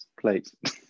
plates